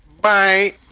Bye